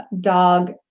dog